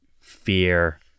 fear